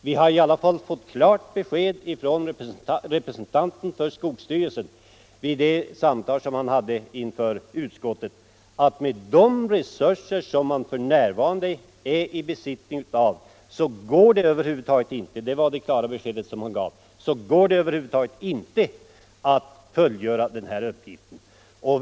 Vi har vid samtal i utskottet med en representant för skogsstyrelsen fått klart besked om att det över huvud taget inte går att fullgöra denna uppgift med de resurser man för närvarande har —- det var det klara besked han gav.